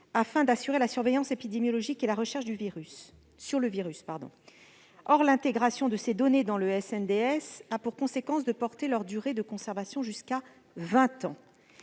afin d'assurer la surveillance épidémiologique et de permettre la recherche sur le virus. Or l'intégration de ces données dans le SNDS aurait pour conséquence de porter leur durée de conservation jusqu'à vingt ans.